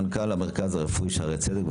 מנכ"ל המרכז הרפואי שערי צדק,